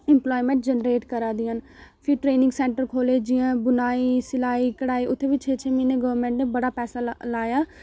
employment generate करै दियां न फ्ही ट्रेनिंग सैंटर खोह्ल्ले जि'यां बुनाई सिलाई कढाई उत्थै बी छे छे म्हीने गौरमैंट नै बड़ा पैसा लाया